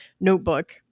notebook